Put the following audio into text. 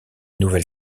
nouvelle